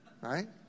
right